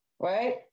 Right